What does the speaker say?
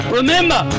remember